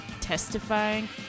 testifying